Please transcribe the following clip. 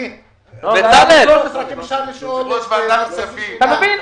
אתה מבין?